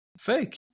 Fake